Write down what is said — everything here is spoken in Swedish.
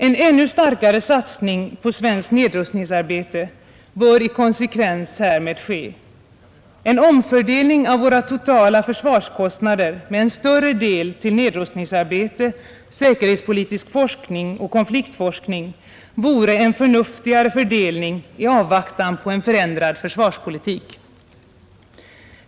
En ännu starkare satsning på svenskt nedrustningsarbete bör i konsekvens härmed ske. En omfördelning av våra totala försvarkostnader med en större del till nedrustningsarbete, säkerhetspolitisk forskning och konfliktforskning vore en förnuftigare fördelning i avvaktan på en förändrad försvarpolitik.